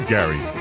Gary